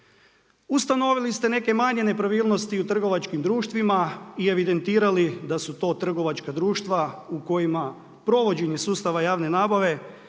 Ustanovili ste neke manje nepravilnosti u trgovačkim društvima i evidentirali da su to trgovačka društva u kojima provođenje sustava javne nabave